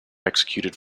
executed